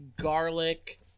garlic